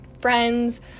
friends